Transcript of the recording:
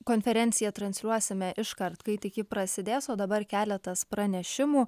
konferenciją transliuosime iškart kai tik ji prasidės o dabar keletas pranešimų